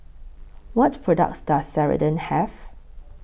What products Does Ceradan Have